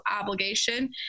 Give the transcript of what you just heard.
obligation